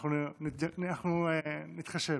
אנחנו נתחשב.